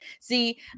See